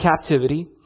captivity